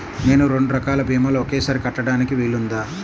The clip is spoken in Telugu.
నేను రెండు రకాల భీమాలు ఒకేసారి కట్టడానికి వీలుందా?